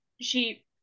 she-